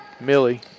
Millie